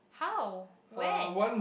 how when